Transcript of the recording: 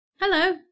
Hello